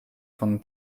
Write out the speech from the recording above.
von